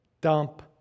dump